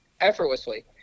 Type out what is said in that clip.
effortlessly